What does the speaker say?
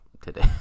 today